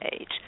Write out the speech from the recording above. age